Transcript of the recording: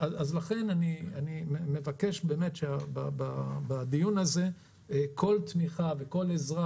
לכן אני מבקש באמת שבדיון הזה כל תמיכה וכל עזרה